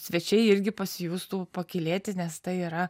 svečiai irgi pasijustų pakylėti nes tai yra